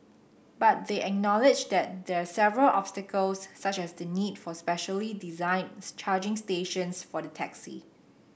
but they acknowledged that there are several obstacles such as the need for specially designed charging stations for the taxi